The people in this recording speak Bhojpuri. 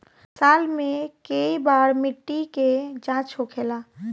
साल मे केए बार मिट्टी के जाँच होखेला?